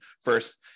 first